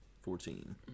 Fourteen